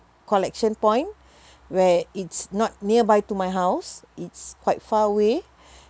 collection point where it's not nearby to my house it's quite far away